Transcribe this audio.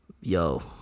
yo